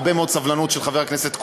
הרבה מאוד סבלנות של חבר הכנסת כהן.